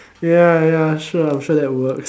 ya ya sure sure I'm sure that works